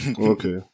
Okay